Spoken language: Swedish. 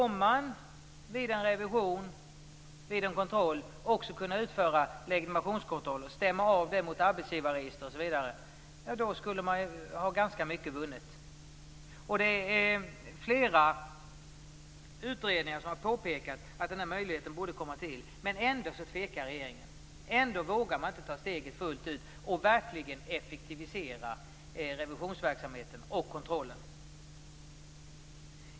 Om man vid en revision eller kontroll också kunde utföra legitimationskontroller och stämma av mot arbetsgivarregister osv. skulle ganska mycket vara vunnet. Det är flera utredningar som har påpekat att den här möjligheten borde införas, men ändå tvekar regeringen. Man vågar inte ta steget fullt ut och verkligen effektivisera revisionsverksamheten och kontrollen.